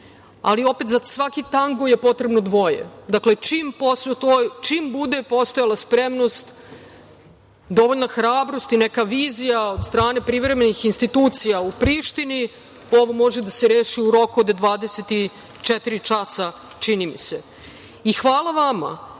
Ali, opet, za svaki tango je potrebno dvoje. Dakle, čim bude postojala spremnost, dovoljna hrabrost i neka vizija od strane privremenih institucija u Prištini, ovo može da se reši u roku od 24 časa, čini mi se. Hvala vama